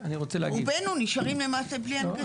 רובנו נשארים למעשה בלי הנגשה.